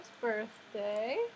birthday